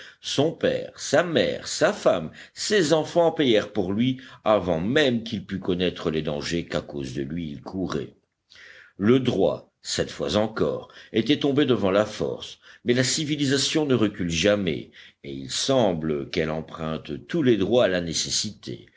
son père sa mère sa femme ses enfants payèrent pour lui avant même qu'il pût connaître les dangers qu'à cause de lui ils couraient le droit cette fois encore était tombé devant la force mais la civilisation ne recule jamais et il semble qu'elle emprunte tous les droits à la nécessité